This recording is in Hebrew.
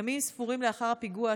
ימים ספורים לאחר הפיגוע,